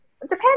Japan